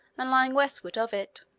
and lying westward of it.